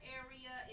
area